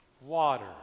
water